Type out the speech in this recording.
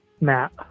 Matt